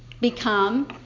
become